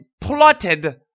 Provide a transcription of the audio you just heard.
plotted